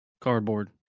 Cardboard